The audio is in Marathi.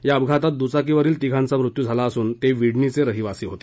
या अपघातात दुचाकीवरील तिघांचा मृत्यू झाला असून ते विडणी चे रहिवासी होते